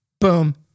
boom